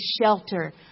shelter